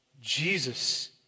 Jesus